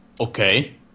Okay